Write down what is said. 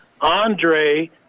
Andre